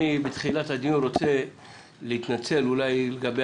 בתחילת הדיון אני רוצה להתנצל לגבי